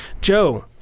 Joe